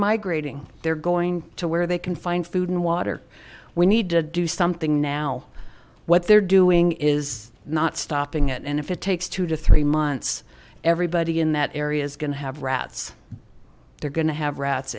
migrating they're going to where they can find food and water we need to do something now what they're doing is not stopping it and if it takes two to three months everybody in that area is going to have rats they're going to have rats